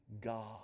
God